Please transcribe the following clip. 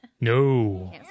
No